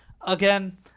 Again